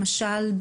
למשל,